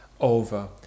over